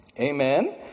amen